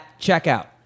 checkout